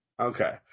Okay